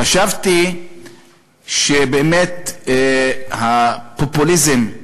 חשבתי שבאמת הפופוליזם,